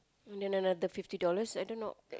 then another fifty dollars I don't know